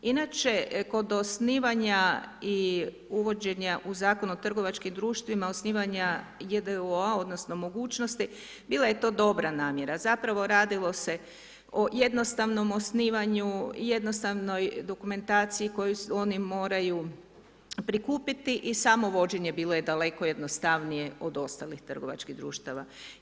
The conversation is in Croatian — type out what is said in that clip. Inače, kod osnivanja i uvođenja u Zakon o trgovačkim društvima, osnivanja j.d.o. odnosno, mogućnosti, bila je to dobra namjera, zapravo radilo se o jednostavnom osnivanju, jednostavnoj dokumentaciji koju oni moraju prikupiti i samovođenje bilo je daleko jednostavnije od ostalih trgovačkih društava.